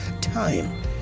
time